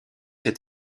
est